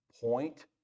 point